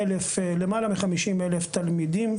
למעלה מ-50,000 תלמידים